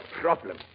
problem